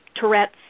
Tourette's